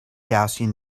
gaussian